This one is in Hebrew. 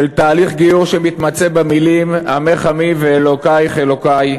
של תהליך גיור שמתמצה במילים "עמך עמי ואלקיך אלקי",